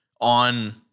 on